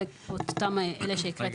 זה אותם אלה שהקראתי --- רגע,